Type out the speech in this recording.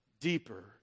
deeper